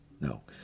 No